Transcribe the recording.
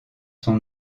son